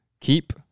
Keep